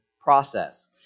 process